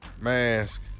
mask